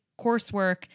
coursework